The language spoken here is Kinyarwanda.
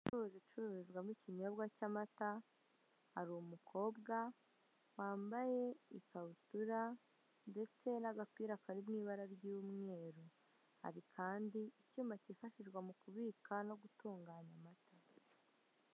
Y'ubucuruzi icururizwamo ikinyobwa cy'amata hari umukobwa wambaye ikabutura ndetse n'agapira kari mu ibara ry'umweru hari kandi icyuma kifashishwa mu kubika no gutunganya amata.